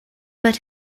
but